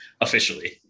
officially